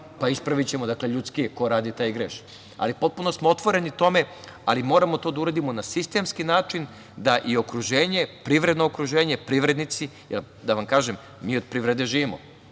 pa ispravićemo. Ljudski je, ko radi, taj i greši, ali potpuno smo otvoreni u tome. Moramo to da uradimo na sistemski način, da i okruženje, privredno okruženje, privrednici, jer mi od privrede živimo,